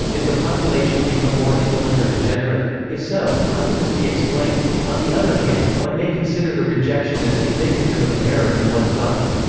did the population become more indolent or degenerate? if so, how can this be explained? on the other hand, one may consider the rejection as indicative of an error in one's doctrine.